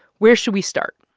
where should we start?